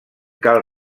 cal